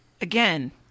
Again